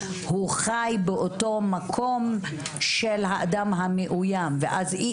הוא חי באותו מקום של האדם המאוים ואז אי